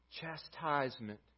Chastisement